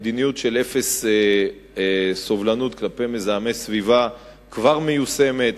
מדיניוית של אפס סובלנות כלפי מזהמי סביבה כבר מיושמת.